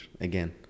again